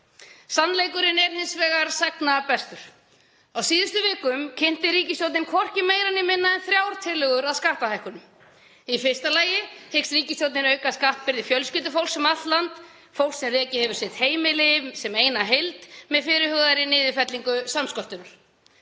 Sannleikurinn er hins vegar sagna bestur. Á síðustu vikum kynnti ríkisstjórnin hvorki meira né minna en þrjár tillögur að skattahækkunum. Í fyrsta lagi hyggst ríkisstjórnin auka skattbyrði fjölskyldufólks um allt land, fólk sem rekið hefur sitt heimili sem eina heild, með fyrirhugaðri niðurfellingu samsköttunar.